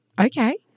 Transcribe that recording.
Okay